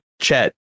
Chet